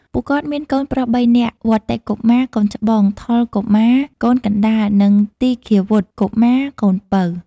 ពួកគាត់មានកូនប្រុសបីនាក់ វត្តិ កុមារ (កូនច្បង) ថុល កុមារ (កូនកណ្ដាល) និងទីឃាវុត្ត កុមារ (កូនពៅ)។